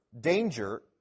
danger